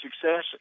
success